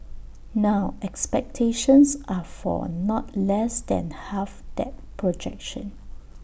now expectations are for not less than half that projection